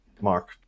Mark